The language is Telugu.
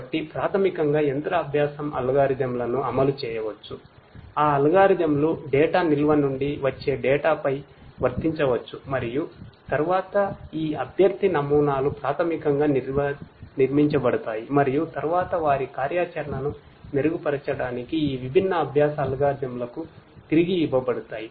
కాబట్టి ప్రాథమికంగా యంత్ర అభ్యాసం అల్గోరిథంలను అమలు చేయవచ్చు ఆ అల్గోరిథంలు డేటా పై వర్తించవచ్చు మరియు తరువాత ఈ అభ్యర్థి నమూనాలు ప్రాథమికంగా నిర్మించబడతాయి మరియు తరువాత వారి కార్యాచరణను మెరుగుపరచడానికి ఈ విభిన్న అభ్యాస అల్గోరిథంలకు తిరిగి ఇవ్వబడతాయి